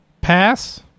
pass